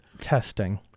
Testing